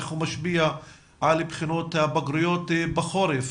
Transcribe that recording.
איך הוא ישפיע על בחינות הבגרות בחורף,